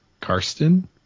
Karsten